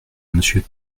monsieur